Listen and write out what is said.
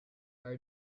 are